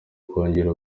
kongera